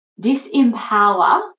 disempower